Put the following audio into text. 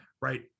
right